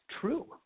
true